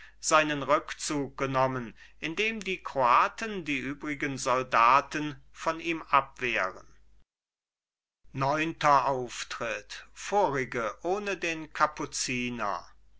seinen rückzug genommen indem die kroaten die übrigen soldaten von ihm abwehren neunter auftritt vorige ohne den kapuziner